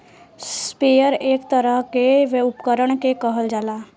sprayer एक तरह के उपकरण के कहल जाला